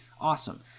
Awesome